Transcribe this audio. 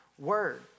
word